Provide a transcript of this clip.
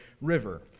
River